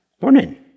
Morning